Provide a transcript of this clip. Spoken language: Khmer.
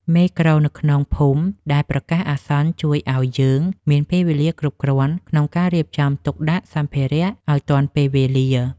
មេក្រូនៅក្នុងភូមិដែលប្រកាសអាសន្នជួយឱ្យយើងមានពេលវេលាគ្រប់គ្រាន់ក្នុងការរៀបចំទុកដាក់សម្ភារៈឱ្យទាន់ពេលវេលា។